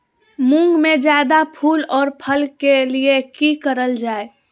मुंग में जायदा फूल और फल के लिए की करल जाय?